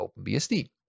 openbsd